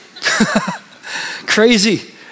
Crazy